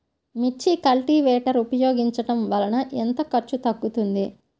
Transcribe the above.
మిర్చి కల్టీవేటర్ ఉపయోగించటం వలన ఎంత ఖర్చు తగ్గుతుంది?